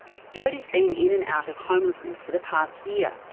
jody's been in and out of homelessness for the past year.